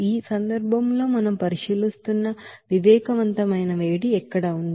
ఈ సందర్భంలో మనం పరిశీలిస్తున్న సెన్సిబిల్ హీట్ ఎక్కడ ఉంది